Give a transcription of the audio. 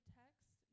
text